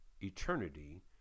eternity